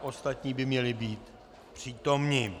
Ostatní by měli být přítomni.